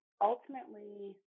ultimately